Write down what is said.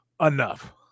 enough